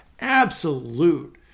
absolute